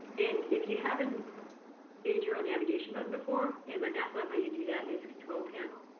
and if you haven't made your own navigation button before, in mymathlab, how you do that is control panel,